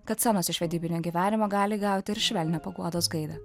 kad senos iš vedybinio gyvenimo gali gauti ir švelnią paguodos gaidą